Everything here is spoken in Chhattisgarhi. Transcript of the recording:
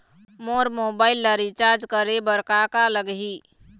मोर मोबाइल ला रिचार्ज करे बर का का लगही?